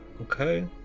okay